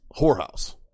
whorehouse